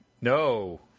No